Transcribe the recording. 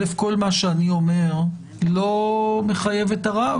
כל מה שאני אומר לא מחייב את הרב,